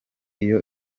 iyo